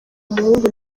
umuhungu